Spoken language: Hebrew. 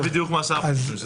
--- בדיוק מה שאנחנו חושבים.